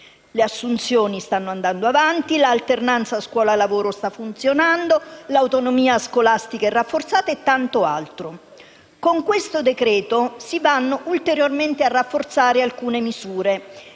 Le assunzioni stanno andando avanti, l'alternanza scuola-lavoro sta funzionando, l'autonomia scolastica è rafforzata e tanto altro. Con questo decreto-legge si vanno ulteriormente a rafforzare alcune misure